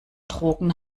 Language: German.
drogen